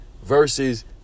versus